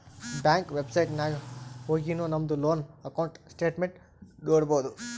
bank website ನಾಗ್ ಹೊಗಿನು ನಮ್ದು ಲೋನ್ ಅಕೌಂಟ್ ಸ್ಟೇಟ್ಮೆಂಟ್ ನೋಡ್ಬೋದು